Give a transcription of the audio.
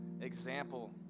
example